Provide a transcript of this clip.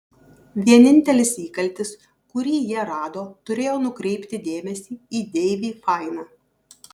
vienintelis įkaltis kurį jie rado turėjo nukreipti dėmesį į deivį fainą